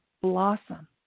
blossom